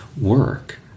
work